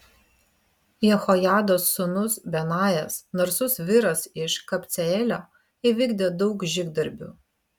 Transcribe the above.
jehojados sūnus benajas narsus vyras iš kabceelio įvykdė daug žygdarbių